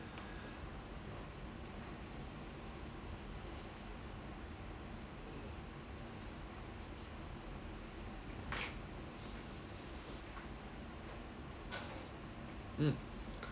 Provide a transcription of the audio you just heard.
mm